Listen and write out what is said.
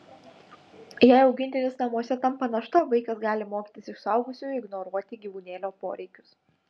jei augintinis namuose tampa našta vaikas gali mokytis iš suaugusių ignoruoti gyvūnėlio poreikius